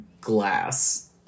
glass